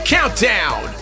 Countdown